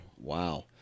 wow